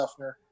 Duffner